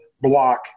block